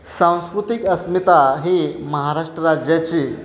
सांस्कृतिक अस्मिता ही महाराष्ट्र राज्याची